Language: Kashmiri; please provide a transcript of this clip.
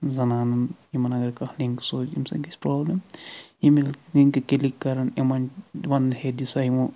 زنانن یِمن اگر کانٛہہ لِنک سوزِ امہِ سۭتۍ گژھِ پرابلِم یِم ییٚلہِ لنکہٕ کٕلِک کرن یِمن ونن آے دِسا یہِ وۄنۍ